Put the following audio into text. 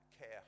care